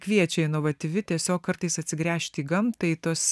kviečia inovatyvi tiesiog kartais atsigręžti į gamtą į tuos